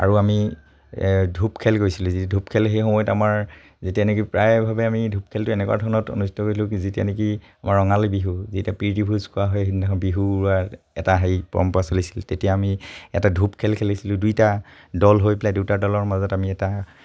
আৰু আমি ধূপ যি ধূপ খেল সেই সময়ত আমাৰ যেতিয়া এনেকে প্ৰায়ভাৱে আমি ধূপ খেলটো এনেকুৱা ধৰণত অনুষ্ঠিত কৰিছিলোঁ কি যেতিয়া এনেকে আমাৰ ৰঙালী বিহু যি এতিয়া প্ৰীতি ভোজ খোৱা হয় সেইদিনাখন বিহুৰ এটা হেৰি পৰম্পৰা চলিছিল তেতিয়া আমি এটা ধূপ খেল খেলিছিলোঁ দুইটা দল হৈ পেলাই দুটা দলৰ মাজত আমি এটা